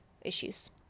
issues